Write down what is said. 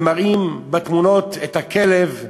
ומראים בתמונות את הכלב,